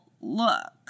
look